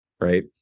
right